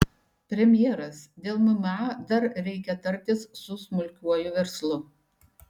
premjeras dėl mma dar reikia tartis su smulkiuoju verslu